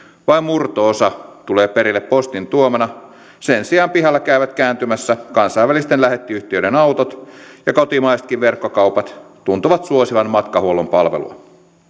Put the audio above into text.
vain murto osa tulee perille postin tuomana sen sijaan pihalla käyvät kääntymässä kansainvälisten lähettiyhtiöiden autot ja kotimaisetkin verkkokaupat tuntuvat suosivan matkahuollon palvelua